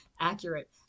accurate